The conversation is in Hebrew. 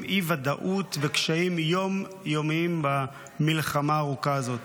אי-ודאות וקשיים יום-יומיים במלחמה הארוכה הזאת.